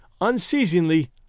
unceasingly